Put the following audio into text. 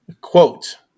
Quote